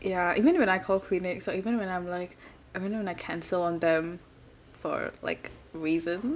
ya even when I call clinics or even when I'm like I mean when I cancel on them for like reason